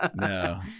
no